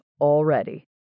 already